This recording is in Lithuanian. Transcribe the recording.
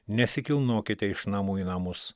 nesikilnokite iš namų į namus